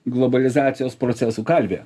globalizacijos procesų kalvė